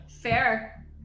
Fair